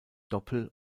doppel